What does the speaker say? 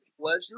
pleasure